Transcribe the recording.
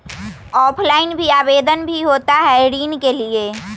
Offline भी आवेदन भी होता है ऋण के लिए?